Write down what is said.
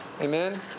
Amen